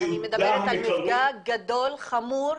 אני מדברת על מפגע גדול, חמור,